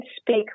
speak